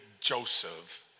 Joseph